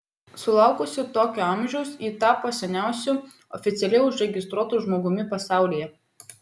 sulaukusi tokio amžiaus ji tapo seniausiu oficialiai užregistruotu žmogumi pasaulyje